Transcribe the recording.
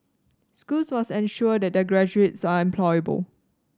schools must ensure that their graduates are employable